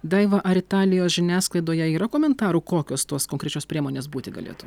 daiva ar italijos žiniasklaidoje yra komentarų kokios tos konkrečios priemonės būti galėtų